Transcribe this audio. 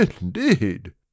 Indeed